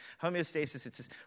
Homeostasis